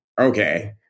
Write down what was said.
okay